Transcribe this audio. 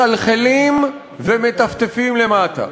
מחלחלים ומטפטפים למטה.